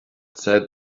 said